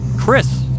Chris